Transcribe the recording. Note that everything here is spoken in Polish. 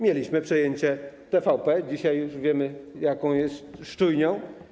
Mieliśmy przejęcie TVP, dzisiaj już wiemy, jaką jest szczujnią.